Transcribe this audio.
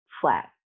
flat